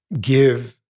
give